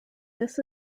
this